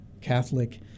Catholic